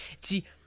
see